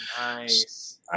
Nice